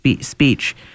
speech